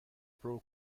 پرو